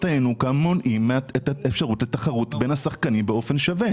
הינוקא מונעות את האפשרות לתחרות בין השחקנים באופן שווה.